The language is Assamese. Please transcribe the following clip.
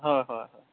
হয় হয় হয়